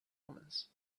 omens